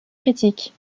critiques